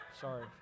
Sorry